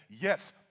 Yes